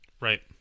Right